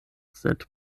sed